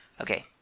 Okay